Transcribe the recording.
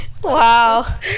wow